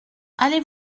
allez